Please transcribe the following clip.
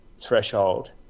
threshold